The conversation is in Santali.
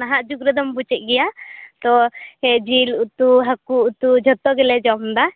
ᱱᱟᱦᱟᱜ ᱡᱩᱜᱽ ᱨᱮᱫᱚᱢ ᱵᱩᱡᱮᱜ ᱜᱮᱭᱟ ᱛᱚ ᱡᱤᱞ ᱩᱛᱩ ᱦᱟᱹᱠᱩ ᱩᱛᱩ ᱡᱷᱚᱛᱚ ᱜᱮᱞᱮ ᱡᱚᱢᱫᱟ